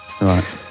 right